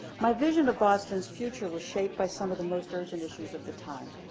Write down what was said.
my vision of boston's future was shaped by some of the most urgent issues of the time.